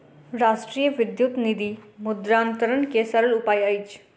राष्ट्रीय विद्युत निधि मुद्रान्तरण के सरल उपाय अछि